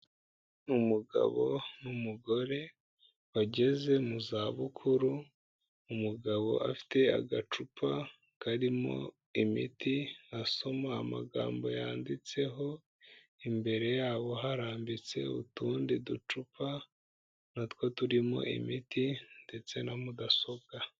Umugabo n'umugore bageze mu zabukuru, umugabo afite agacupa karimo imiti asoma amagambo yanditseho, imbere yabo harambitse utundi ducupa na two turimo imiti ndetse na mudasobwa.